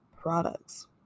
products